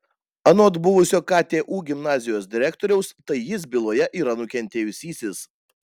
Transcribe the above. anot buvusio ktu gimnazijos direktoriaus tai jis byloje yra nukentėjusysis